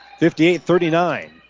58-39